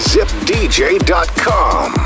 ZipDJ.com